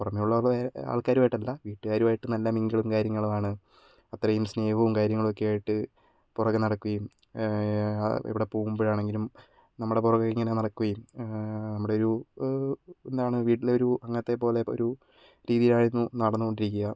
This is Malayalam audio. പുറമെയുള്ള പോലെ ആൾക്കാരുമായിട്ടല്ല വീട്ടുകാരുമായിട്ട് നല്ല മിങ്കിളും കാര്യങ്ങളും ആണ് അത്രയും സ്നേഹവും കാര്യങ്ങളൊക്കെ ആയിട്ട് പുറകെ നടക്കുകയും എവിടെ പോകുമ്പോഴാണെങ്കിലും നമ്മുടെ പുറകെ ഇങ്ങനെ നടക്കുകയും നമ്മുടെ ഒരു എന്താണ് വീട്ടിലെ ഒരു അംഗത്തെ പോലെ ഒരു രീതിയിലായിരുന്നു നടന്നുകൊണ്ടിരിക്കുക